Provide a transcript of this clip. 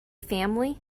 family